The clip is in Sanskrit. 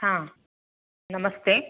नमस्ते